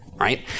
right